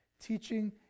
teaching